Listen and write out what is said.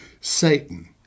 Satan